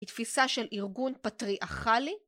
תפיסה של ארגון פטריארכלי